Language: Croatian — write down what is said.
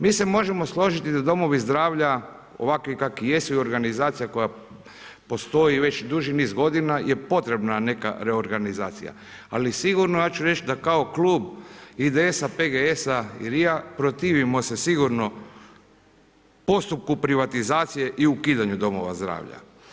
Mi se možemo složiti da domovi zdravlja ovakvi kakvi jesu i organizacija koja postoji već duži niz godina je potrebna neka reorganizacija, ali sigurno ja ću reći da kao klub IDS-a, PGS-a i RIA protivimo se sigurno postupku privatizacije i ukidanju domova zdravlja.